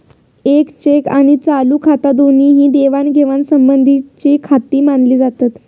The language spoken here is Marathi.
येक चेक आणि चालू खाता दोन्ही ही देवाणघेवाण संबंधीचीखाती मानली जातत